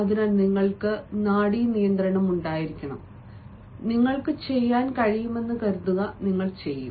അതിനാൽ നിങ്ങൾക്ക് നാഡി നിയന്ത്രണം ഉണ്ടായിരിക്കണം നിങ്ങൾക്ക് ചെയ്യാൻ കഴിയുമെന്ന് കരുതുക നിങ്ങൾ ചെയ്യും